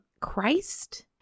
Christ